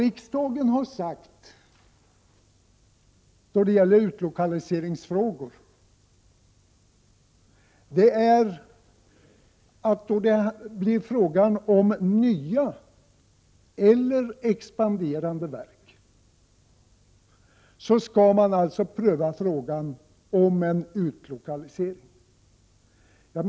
Riksdagen har beträffande utlokaliseringsfrågor sagt att man, då det blir fråga om nya eller expanderande verk, skall pröva frågan om en utlokalisering.